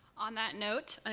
on that note,